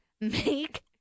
make